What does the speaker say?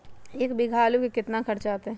एक बीघा आलू में केतना खर्चा अतै?